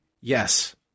Yes